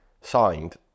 signed